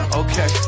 okay